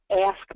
ask